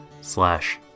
slash